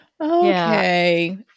okay